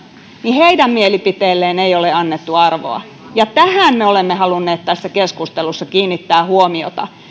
niin heidän mielipiteilleen ei ole annettu arvoa ja tähän me olemme halunneet tässä keskustelussa kiinnittää huomiota